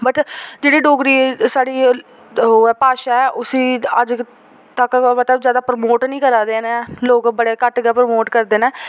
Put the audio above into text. वट् जेह्ड़ी डोगरी साढ़ी ओह् ऐ भाशा ऐ उसी अज्ज तक मतलब जादा प्रमोट निं करा दे हैन लोक बड़े घट्ट गै प्रमोट करदे न